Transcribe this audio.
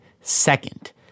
second